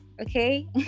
Okay